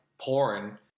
porn